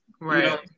Right